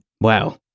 Wow